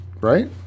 Right